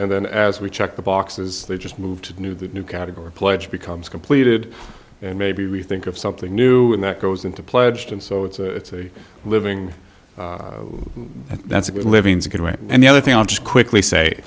and then as we check the boxes they just move to new the new category pledge becomes completed and maybe we think of something new that goes into pledged and so it's a living that's a good livings a good way and the other thing i'll just quickly say